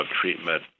treatment